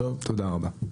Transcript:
תודה רבה.